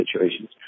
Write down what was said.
situations